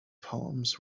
poems